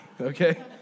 okay